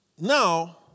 now